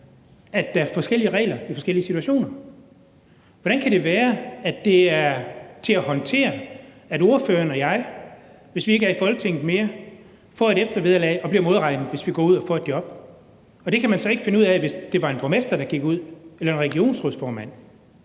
at der er forskellige regler i de forskellige situationer. Hvordan kan det være, at det er til at håndtere, at ordføreren og jeg, hvis vi ikke er i Folketinget mere, får et eftervederlag og bliver modregnet, hvis vi går ud og får et job, men at man ikke kan finde ud af det, hvis det var en borgmester eller en regionsrådsformand,